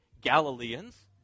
Galileans